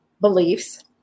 beliefs